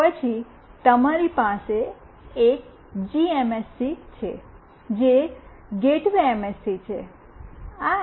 પછી તમારી પાસે એક જીએમએસસી છે જે ગેટવે એમએસસી છે